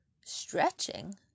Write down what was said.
stretching